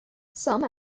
some